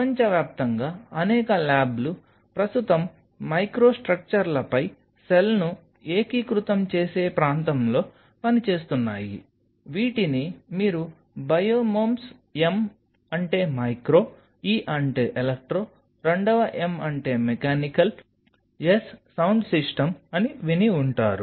ప్రపంచవ్యాప్తంగా అనేక ల్యాబ్లు ప్రస్తుతం మైక్రోస్ట్రక్చర్లపై సెల్ను ఏకీకృతం చేసే ప్రాంతంలో పనిచేస్తున్నాయి వీటిని మీరు బయోమెమ్స్ M అంటే మైక్రో E అంటే ఎలక్ట్రో రెండవ M అంటే మెకానికల్ S స్టాండ్ సిస్టం అని విని ఉంటారు